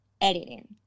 editing